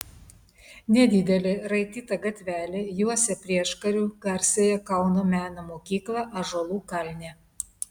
nedidelė raityta gatvelė juosia prieškariu garsiąją kauno meno mokyklą ąžuolų kalne